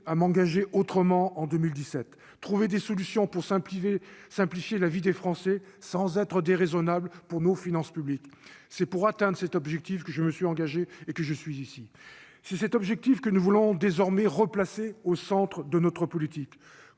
à m'engager autrement en 2017, trouver des solutions pour simplifier, simplifier la vie des Français sans être déraisonnable pour nos finances publiques, c'est pour atteindre cet objectif que je me suis engagé et que je suis ici, c'est cet objectif que nous voulons désormais replacé au centre de notre politique,